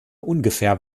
ungefähr